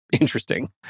interesting